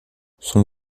son